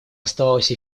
оставалась